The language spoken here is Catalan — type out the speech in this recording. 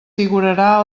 figurarà